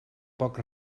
poc